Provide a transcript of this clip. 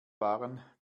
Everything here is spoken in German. waren